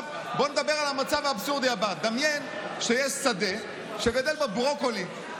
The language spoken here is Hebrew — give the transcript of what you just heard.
בוא נדבר על המצב האבסורדי הבא: דמיין שיש שדה שגדל בו ברוקולי.